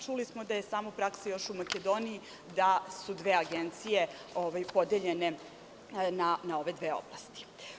Čuli smo da je samo praksa još u Makedoniji da su dve agencije podeljene na ove dve oblasti.